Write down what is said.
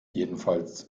jedenfalls